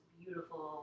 beautiful